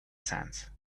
sense